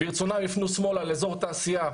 ברצונם, יפנו שמאלה לאזור התעשייה,